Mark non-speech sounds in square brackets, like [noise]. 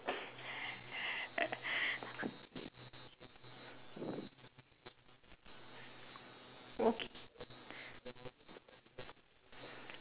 [laughs] okay